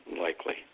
likely